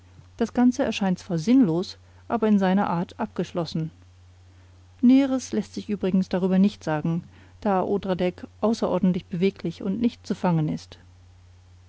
das ganze erscheint zwar sinnlos aber in seiner art abgeschlossen näheres läßt sich übrigens nicht darüber sagen da odradek außerordentlich beweglich und nicht zu fangen ist